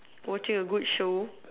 watching a good show